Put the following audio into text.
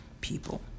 people